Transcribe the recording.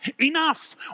enough